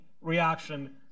reaction